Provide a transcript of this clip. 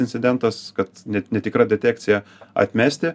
incidentas kad net netikra detekcija atmesti